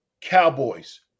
Cowboys